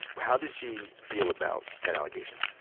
how did she feel about that allegation?